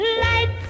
lights